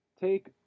Take